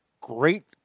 great